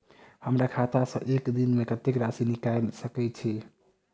हमरा खाता सऽ एक दिन मे कतेक राशि निकाइल सकै छी